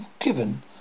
given